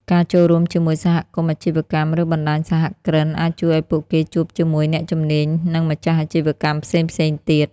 ការចូលរួមជាមួយសមាគមអាជីវកម្ម ឬបណ្តាញសហគ្រិន អាចជួយឱ្យពួកគេជួបជាមួយអ្នកជំនាញ និងម្ចាស់អាជីវកម្មផ្សេងៗទៀត។